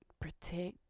protect